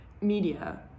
media